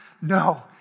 No